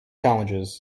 challenges